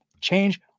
change